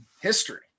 history